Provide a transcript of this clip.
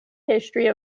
history